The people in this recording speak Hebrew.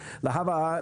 אז להבא,